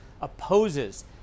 opposes